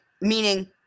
meaning